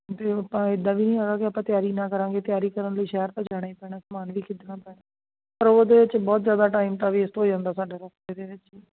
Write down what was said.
ਅਤੇ ਉਹ ਆਪਾਂ ਇੱਦਾਂ ਵੀ ਨਹੀਂ ਹੈਗਾ ਕਿ ਆਪਾਂ ਤਿਆਰੀ ਨਾ ਕਰਾਂਗੇ ਤਿਆਰੀ ਕਰਨ ਲਈ ਸ਼ਹਿਰ ਤਾਂ ਜਾਣਾ ਹੀ ਪੈਣਾ ਸਮਾਨ ਵੀ ਖਰੀਦਣਾ ਪੈਣਾ ਪਰ ਉਹਦੇ ਵਿੱਚ ਬਹੁਤ ਜ਼ਿਆਦਾ ਟਾਈਮ ਤਾਂ ਵੇਸਟ ਹੋ ਜਾਂਦਾ ਸਾਡੇ ਰੋਕੇ ਦੇ ਵਿੱਚ ਹੀ